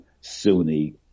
Sunni